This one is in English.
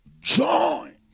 Join